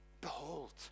Behold